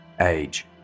age